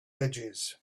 edges